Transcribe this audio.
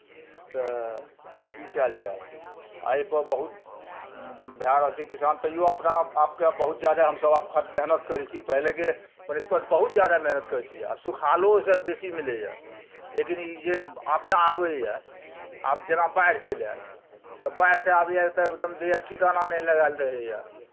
तऽ की कयल जाय आ एहिपर बहुत भए रहल छै किसान तैओ अपना आपके बहुत जादा हमसभ आब खट मेहनत करै छी पहिलेके बनिस्पत बहुत जादा मेहनत करै छी आ सुखाहालो ओहिसँ बेसी मिलैए लेकिन ई जे आपदा आबैए आब जेना बाढ़ि चलि आयल तऽ बाढ़ि तऽ आबैए तब एकदम दैए ठिकाना नहि लागल रहैए